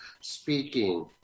speaking